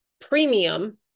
premium